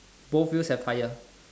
both wheels have tyre